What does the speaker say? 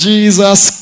Jesus